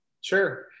Sure